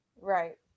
Right